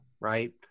right